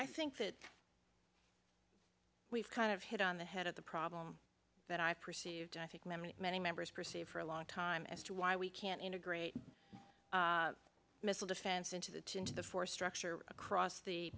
i think that we've kind of hit on the head of the problem that i perceived i think many many members perceive for a long time as to why we can't integrate missile defense into the team to the force structure across the